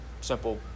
simple